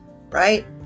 right